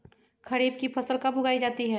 खरीफ की फसल कब उगाई जाती है?